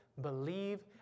believe